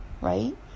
Right